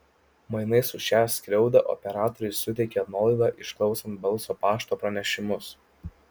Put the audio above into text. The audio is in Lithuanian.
mainais už šią skriaudą operatoriai suteikė nuolaidą išklausant balso pašto pranešimus